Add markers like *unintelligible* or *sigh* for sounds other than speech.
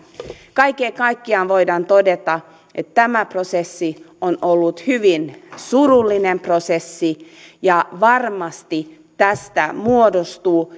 kaiken kaikkiaan voidaan todeta että tämä prosessi on ollut hyvin surullinen prosessi ja varmasti tästä muodostuu *unintelligible*